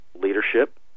leadership